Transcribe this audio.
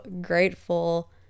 grateful